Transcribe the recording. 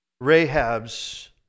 Rahab's